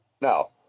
No